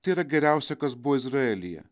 tai yra geriausia kas buvo izraelyje